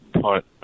punt